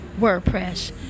WordPress